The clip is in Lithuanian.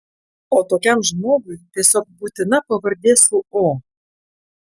o tokiam žmogui tiesiog būtina pavardė su o